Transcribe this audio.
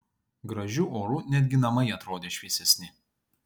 gražiu oru netgi namai atrodė šviesesni